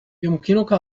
يمكنك